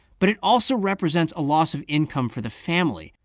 but it also represents a loss of income for the family.